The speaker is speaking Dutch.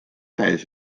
tijdens